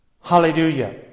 Hallelujah